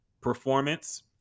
performance